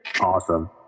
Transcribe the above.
Awesome